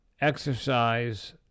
exercise